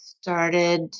started